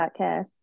Podcast